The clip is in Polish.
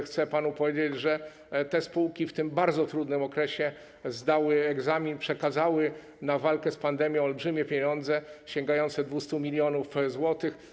Chcę panu powiedzieć, że te spółki w tym bardzo trudnym okresie zdały egzamin, przekazały na walkę z pandemią olbrzymie pieniądze sięgające 200 mln zł.